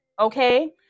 okay